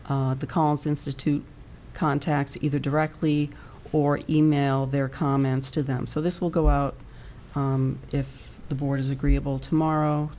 the calls institute contacts either directly or e mail their comments to them so this will go out if the board is agreeable tomorrow